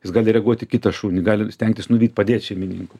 jis gali reaguot į kitą šunį gali stengtis nuvyt padėt šeimininkui